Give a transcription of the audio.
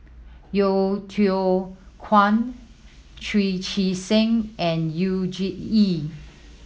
Yeo Yeow Kwang Chu Chee Seng and Yu Zhuye